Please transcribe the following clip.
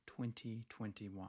2021